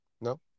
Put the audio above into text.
No